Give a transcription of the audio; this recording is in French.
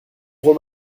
gros